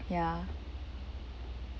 ya